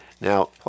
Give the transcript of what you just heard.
Now